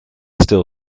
still